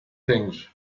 things